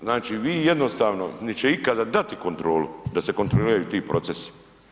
Znači vi jednostavno niti će ikada dati kontrolu da se kontroliraju ti procesi.